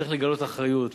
צריך לגלות אחריות,